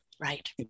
Right